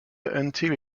until